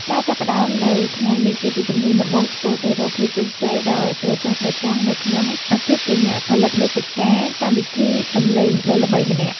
ការចាប់ផ្តើមនៅថ្ងៃនេះគឺជាជំហានដំបូងឆ្ពោះទៅរកភាពជោគជ័យដ៏ត្រចះត្រចង់នៅក្នុងអាជីពជាអ្នកផលិតមាតិកាកម្មវិធីសំឡេងដ៏ល្បីម្នាក់។